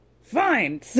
Fine